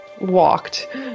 walked